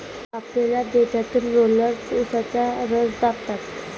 कापलेल्या देठातून रोलर्स उसाचा रस दाबतात